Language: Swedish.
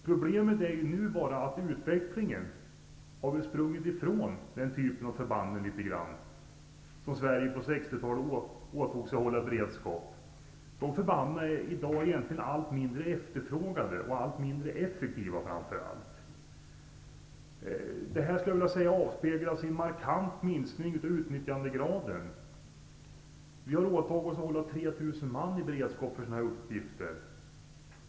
Problemet är nu att utvecklingen i viss mån har sprungit ifrån den typ av förband som Sverige på 1960-talet åtog sig att hålla i beredskap. De är i dag allt mindre efterfrågade och -- framför allt -- allt mindre effektiva. Detta avspeglas i en markant minskad utnyttjandegrad. Vi har åtagit oss att hålla 3 000 man i beredskap för sådana uppgifter.